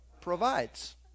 provides